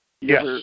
Yes